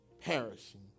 Perishing